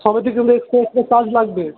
সবেতে কিন্তু extra extra charge লাগবে